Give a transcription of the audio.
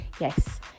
Yes